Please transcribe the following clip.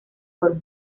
por